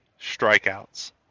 strikeouts